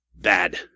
Bad